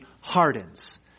hardens